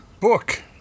Book